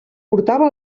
portava